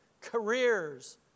careers